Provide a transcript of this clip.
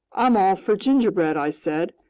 i'm all for gingerbread, i said,